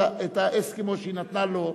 את האסקימו שהיא נתנה לו,